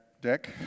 Dick